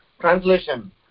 Translation